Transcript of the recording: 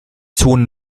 zone